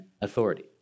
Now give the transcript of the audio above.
authority